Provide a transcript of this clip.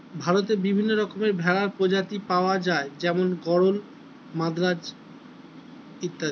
ভারতে বিভিন্ন রকমের ভেড়ার প্রজাতি পাওয়া যায় যেমন গরল, মাদ্রাজ অত্যাদি